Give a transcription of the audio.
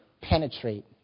penetrate